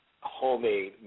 homemade